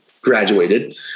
graduated